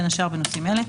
בין השאר בנושאים אלה.